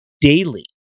daily